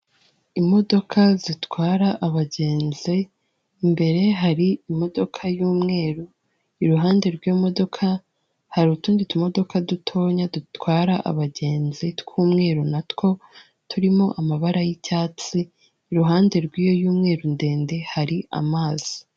Imodoka zitwara abagenzi, imbere hari imodoka y'umweru, iruhande rw'imodoka hari utundi tumodoka dutoya dutwara abagenzi tw'umweru na two turimo amabara y'icyatsi, iruhande rw'iyo y'umweru ndende hari amazi.